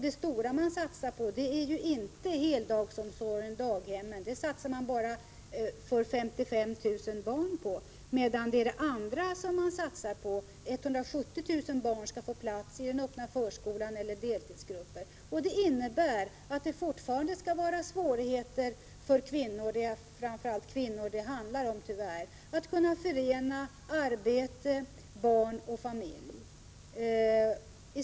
Det stora man satsar på är inte heldagsomsorgen, daghemmen — det satsar man på för endast 55 000 barn, medan 170 000 barn skall få plats i den öppna förskolan eller i deltidsgrupper. Det innebär att det fortfarande kommer att vara svårt för kvinnor — det handlar ju tyvärr framför allt om kvinnor — att kunna förena arbete, barn och familj.